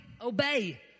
obey